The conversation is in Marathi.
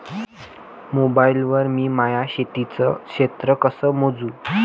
मोबाईल वर मी माया शेतीचं क्षेत्र कस मोजू?